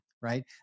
right